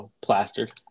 plastered